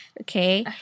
okay